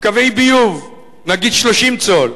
קווי ביוב, נגיד 30 צול,